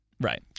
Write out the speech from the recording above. Right